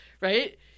Right